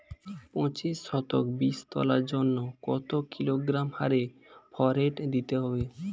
পঁচিশ শতক বীজ তলার জন্য কত কিলোগ্রাম হারে ফোরেট দিতে হবে?